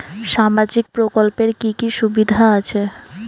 সামাজিক প্রকল্পের কি কি সুবিধা আছে?